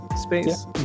space